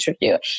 interview